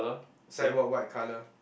is like white white colour